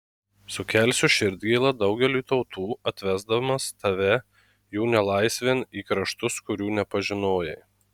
sukelsiu širdgėlą daugeliui tautų atvesdamas tave jų nelaisvėn į kraštus kurių nepažinojai